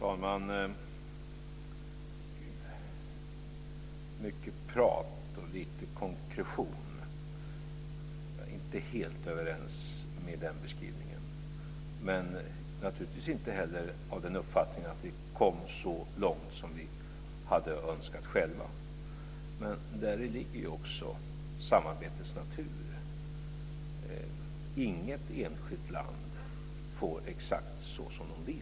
Fru talman! Mycket prat och lite konkretion - jag instämmer inte helt i den beskrivningen, men jag är naturligtvis inte heller av den uppfattningen att vi kom så långt som vi själva hade önskat. Men detta ligger också i samarbetets natur. Inget enskilt land får exakt så som det vill.